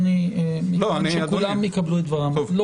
אדוני, מכיוון שכולם יקבלו זכות דיבור זו לא